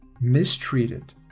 mistreated